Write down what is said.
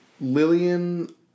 Lillian